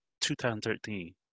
2013